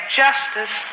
justice